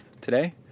today